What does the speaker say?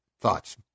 Thoughts